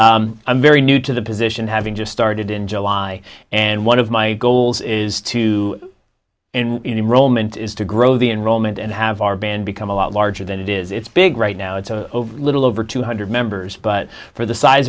definitely i'm very new to the position having just started in july and one of my goals is to enroll meant is to grow the enrollment and have our band become a lot larger than it is it's big right now it's a little over two hundred members but for the size